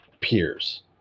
Peers